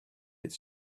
its